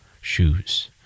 Shoes